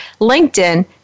LinkedIn